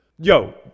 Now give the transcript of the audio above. Yo